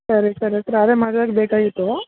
ಸರಿ ಸರಿ ಅದೇ ಮದ್ವೆಗೆ ಬೇಕಾಗಿತ್ತು